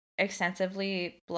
extensively